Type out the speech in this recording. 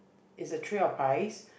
is the tree uprise